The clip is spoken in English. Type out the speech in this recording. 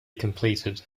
completed